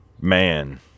man